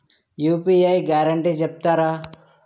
UPI guarantee చెప్తారా?